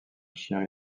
chien